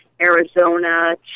Arizona